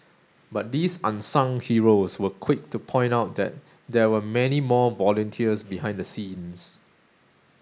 but these unsung heroes were quick to point out that there were many more volunteers behind the scenes